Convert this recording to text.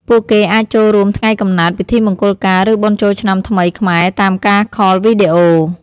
ពួកគេអាចចូលរួមថ្ងៃកំណើត ពិធីមង្គលការឬបុណ្យចូលឆ្នាំថ្មីខ្មែរតាមការខលវីដេអូ។